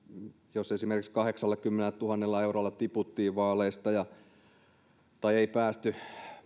jos esimerkiksi kahdeksallakymmenellätuhannella eurolla tiputtiin vaaleista tai ei päästy